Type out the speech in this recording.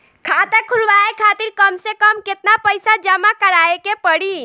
खाता खुलवाये खातिर कम से कम केतना पईसा जमा काराये के पड़ी?